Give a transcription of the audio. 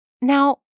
Now